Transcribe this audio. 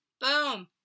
Boom